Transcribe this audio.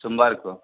सोमवार को